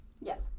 Yes